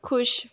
ਖੁਸ਼